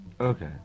Okay